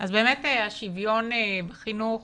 אז באמת השוויון בחינוך